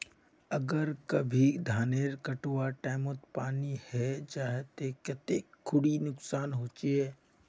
अगर कभी धानेर कटवार टैमोत पानी है जहा ते कते खुरी नुकसान होचए?